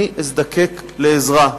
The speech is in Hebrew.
אני אזדקק לעזרה.